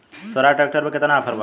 Swaraj tractor पर केतना offer बा?